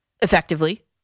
effectively